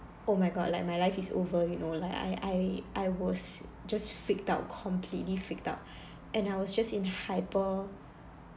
oh my god like my life is over you know like I I I was just freaked out completely freaked out and I was just in hyper